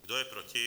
Kdo je proti?